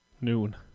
noon